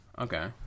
Okay